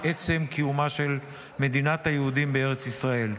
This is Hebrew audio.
עצם קיומה של מדינת היהודים בארץ ישראל.